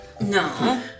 No